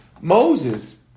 Moses